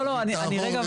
תעבור,